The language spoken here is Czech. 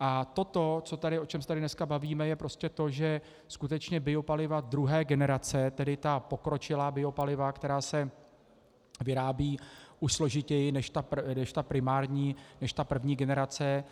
A toto, o čem se tady dneska bavíme, je prostě to, že skutečně biopaliva druhé generace, tedy ta pokročilá biopaliva, která se vyrábějí už složitěji než primární, první generace,